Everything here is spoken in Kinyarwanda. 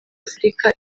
afurika